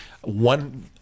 one